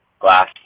glass